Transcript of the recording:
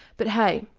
but hey,